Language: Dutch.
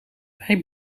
wij